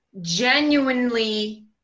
Genuinely